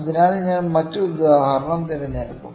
അതിനാൽ ഞാൻ മറ്റൊരു ഉദാഹരണം തിരഞ്ഞെടുക്കും